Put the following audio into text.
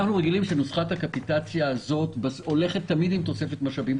אנחנו רגילים שנוסחת הקפיטציה הזאת הולכת תמיד עם תוספת משאבים.